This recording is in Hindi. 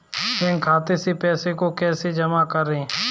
बैंक खाते से पैसे को कैसे जमा करें?